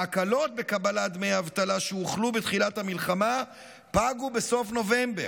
ההקלות בקבלת דמי אבטלה שהוחלו בתחילת המלחמה פגו בסוף נובמבר.